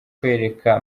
kwereka